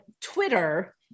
Twitter